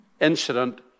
incident